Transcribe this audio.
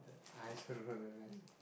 I also don't know the rest